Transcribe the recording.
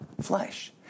flesh